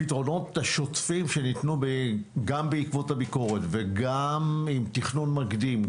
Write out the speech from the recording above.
הפתרונות השוטפים שניתנו בעקבות הביקורת ועם תכנון מקדים,